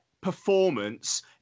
performance